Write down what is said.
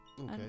Okay